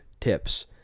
tips